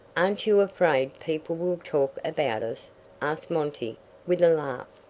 aren't you afraid people will talk about us? asked monty with a laugh.